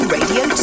Radio